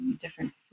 different